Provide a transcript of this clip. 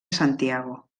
santiago